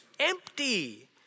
Empty